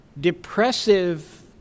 depressive